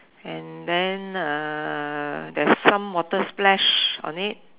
and then uh there's some water splash on it